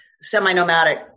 semi-nomadic